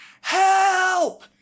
help